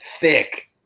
thick